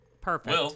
Perfect